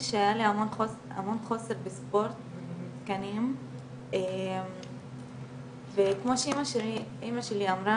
שהיה לי המון חוסר בספורט ומתקנים וכמו שאמא שלי אמרה